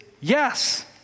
yes